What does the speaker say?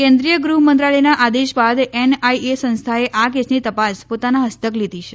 કેન્દ્રિય ગૃહમંત્રાલયના આદેશ બાદ એનઆઇએ સંસ્થાએ આ કેસની તપાસ પોતાના ફસ્તક લીધી છે